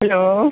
hello